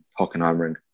Hockenheimring